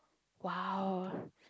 !wow!